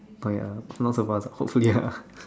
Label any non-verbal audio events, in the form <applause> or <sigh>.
oh ya not so fast ah hopefully ah <laughs>